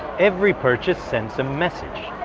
every purchase sends a message.